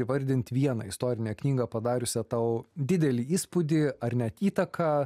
įvardint vieną istorinę knygą padariusią tau didelį įspūdį ar net įtaką